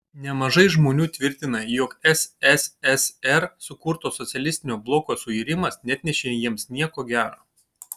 nemažai žmonių tvirtina jog sssr sukurto socialistinio bloko suirimas neatnešė jiems nieko gero